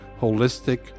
holistic